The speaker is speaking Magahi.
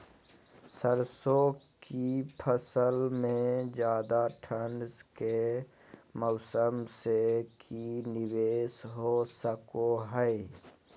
सरसों की फसल में ज्यादा ठंड के मौसम से की निवेस हो सको हय?